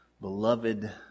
beloved